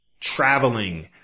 traveling